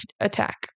attack